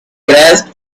grasped